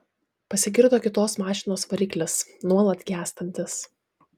pasigirdo kitos mašinos variklis nuolat gęstantis